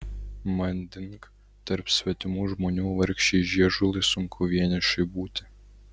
manding tarp svetimų žmonių vargšei žiežulai sunku vienišai būti